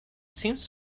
seems